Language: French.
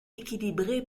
équilibrée